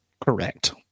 Correct